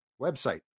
website